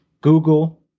Google –